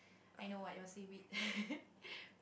I know what your seaweed